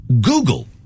Google